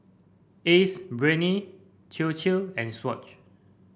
Ace Brainery Chir Chir and Swatch